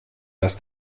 das